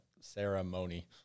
ceremony